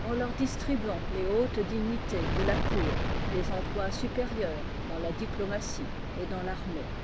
en leur distribuant les hautes dignités de la cour les emplois supérieurs dans la diplomatie et dans l'armée